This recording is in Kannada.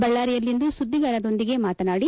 ಬಳ್ಳಾರಿಯಲ್ಲಿಂದು ಸುದ್ದಿಗಾರರೊಂದಿಗೆ ಮಾತನಾಡಿ